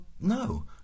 no